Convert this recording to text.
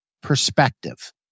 perspective